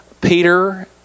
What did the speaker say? Peter